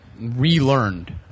relearned